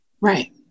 Right